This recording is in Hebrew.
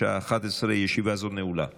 התקבלה בקריאה השנייה ובקריאה השלישית,